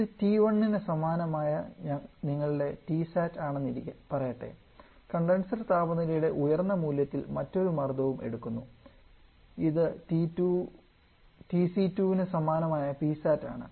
ഇത് T1 ന് സമാനമായ നിങ്ങളുടെ Tsat ആണെന്ന് പറയട്ടെ കണ്ടൻസർ താപനിലയുടെ ഉയർന്ന മൂല്യത്തിൽ മറ്റൊരു മർദ്ദവും എടുക്കുന്നു ഇത് TC2 ന് സമാനമായ Psat ആണ്